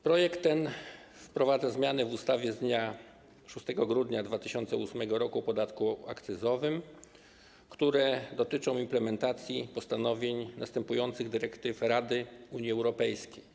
Projekt ten wprowadza zmiany w ustawie z dnia 6 grudnia 2008 r. o podatku akcyzowym, które dotyczą implementacji postanowień następujących dyrektyw Rady Unii Europejskiej.